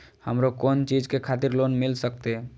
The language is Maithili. हमरो कोन चीज के खातिर लोन मिल संकेत?